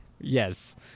Yes